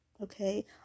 okay